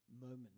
moment